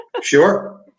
Sure